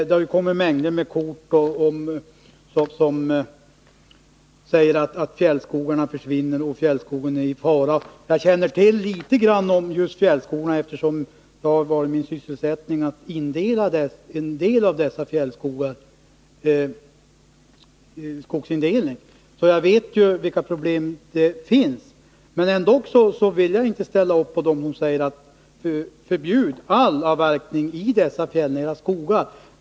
Det har kommit en stor mängd kort som talar om att fjällskogen försvinner och att fjällskogen är i fara. Jag känner till litet grand om fjällskogarna, eftersom det har varit min sysselsättning att sköta en del av skogsindelningen i dessa skogar. Jag vet alltså vilka problem som finns. Ändock vill jag inte stödja dem som säger: Förbjud all avverkning i dessa fjällnära skogar.